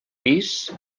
pis